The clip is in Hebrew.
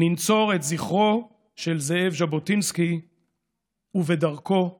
ננצור את זכרו של זאב ז'בוטינסקי ובדרכו נלך.